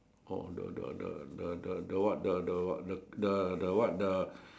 oh the the the the the the what the the what the what the